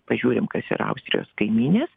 pažiūrim kas yra austrijos kaimynės